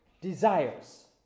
desires